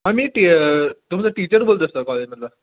मी टी तुमचा टीचर बोलतो आहे सर कॉलेजमधला